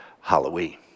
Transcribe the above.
Halloween